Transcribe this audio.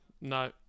No